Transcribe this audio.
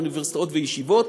בין אוניברסיטאות לישיבות.